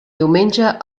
diumenge